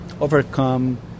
overcome